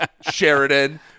Sheridan